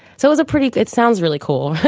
so it was a pretty it sounds really cool.